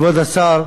כבוד השר,